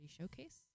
showcase